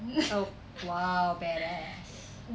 oh !wow! badass